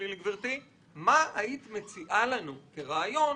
מה היית מציעה לנו כרעיון